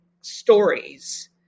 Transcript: stories